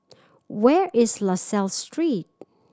where is La Salle Street